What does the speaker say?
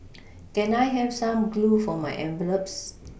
can I have some glue for my envelopes